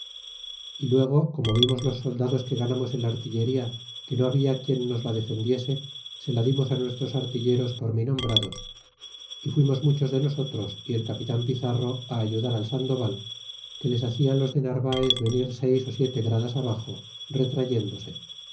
y luego como vimos los soldados que ganamos el artillería que no habia quien nos la defendiese se la dimos nuestros artilleros por mí nombrados y fuimos muchos de nosotros y el capitan pizarro ayudar al sandoval que les hacian los de narvaez venir seis ó siete gradas abaxo retrayendose